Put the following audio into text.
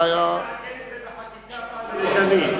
צריך לעגן את זה בחקיקה פעם אחת ולתמיד.